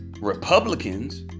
republicans